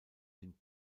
den